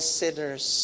sinners